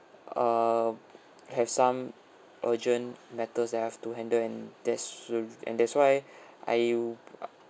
uh have some urgent matters that have to handle and that's wh~ and that's why I will uh